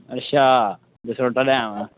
अच्छा जसरोटा डैम